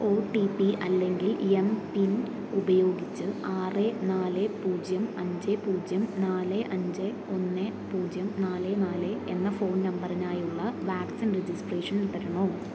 O T P അല്ലെങ്കിൽ MPIN ഉപയോഗിച്ച് ആറ് നാല് പൂജ്യം അഞ്ച് പൂജ്യം നാല് അഞ്ച് ഒന്ന് പൂജ്യം നാല് നാല് എന്ന ഫോൺ നമ്പറിനായുള്ള വാക്സിൻ രജിസ്ട്രേഷൻ തുടരണോ